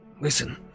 listen